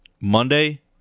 Monday